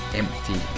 empty